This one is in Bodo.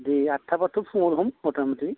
दे आथटाबाथ' फुङावनो हम मथा मथि